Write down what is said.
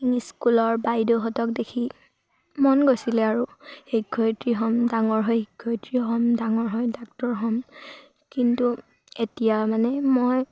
স্কুলৰ বাইদেউহঁতক দেখি মন গৈছিলে আৰু শিক্ষয়িত্ৰী হ'ম ডাঙৰ হৈ শিক্ষয়িত্ৰী হ'ম ডাঙৰ হৈ ডাক্তৰ হ'ম কিন্তু এতিয়া মানে মই